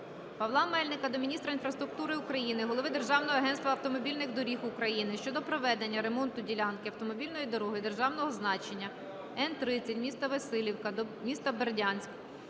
Павла Мельника до міністра інфраструктури України, голови Державного агентства автомобільних доріг України щодо проведення ремонту ділянки автомобільної дороги державного значення Н-30 від міста Василівка до міста Бердянськ,